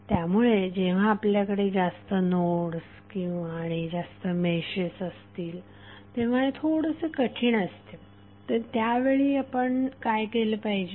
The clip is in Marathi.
त्यामुळे जेव्हा आपल्याकडे जास्त नोड्स आणि जास्त मेशेस असतील तेव्हा हे थोडेसे कठीण असते तर अशावेळी आपण काय केले पाहिजे